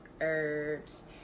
herbs